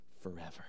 forever